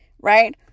right